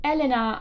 Elena